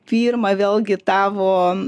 firmą vėlgi tavo